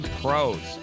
pros